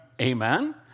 Amen